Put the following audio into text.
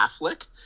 Affleck